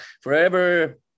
forever